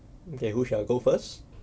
okay who shall go first